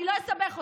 אני לא אסבך אותך.